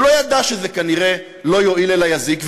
הוא לא ידע שזה כנראה לא יועיל אלא יזיק,